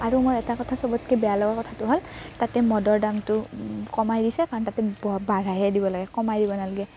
আৰু মোৰ এটা কথা চবতকৈ বেয়া লগা কথাটো হ'ল তাতে মদৰ দামটো কমাই দিছে কাৰণ তাতে বাঢ়াই হে দিব লাগে কমাই দিব নালাগে